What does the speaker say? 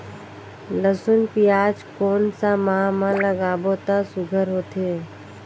लसुन पियाज कोन सा माह म लागाबो त सुघ्घर होथे?